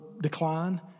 decline